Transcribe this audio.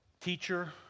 Teacher